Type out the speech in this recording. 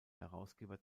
herausgeber